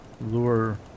lure